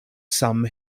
sum